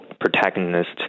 protagonist